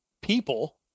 people